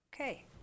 Okay